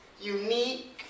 unique